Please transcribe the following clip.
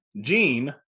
Jean